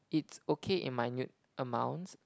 it's okay in minute amounts